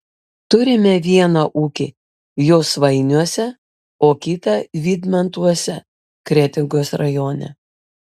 turime vieną ūkį josvainiuose o kitą vydmantuose kretingos rajone